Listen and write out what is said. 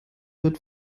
wird